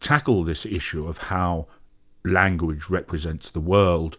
tackle this issue of how language represents the world,